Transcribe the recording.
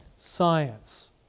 Science